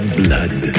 blood